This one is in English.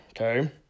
okay